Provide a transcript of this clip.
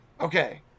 Okay